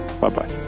Bye-bye